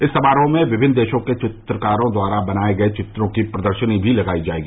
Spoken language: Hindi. इस समारोह में विभिन्न देशों के चित्रकारों द्वारा बनाये गये चित्रों की प्रदर्शनी भी लगायी जायेगी